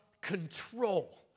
control